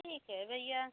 ठीक है भैया